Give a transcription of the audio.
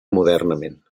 modernament